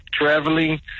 traveling